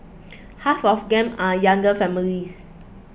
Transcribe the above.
half of them are younger families